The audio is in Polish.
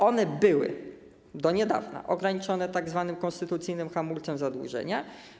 One były do niedawna ograniczone tzw. konstytucyjnym hamulcem zadłużenia.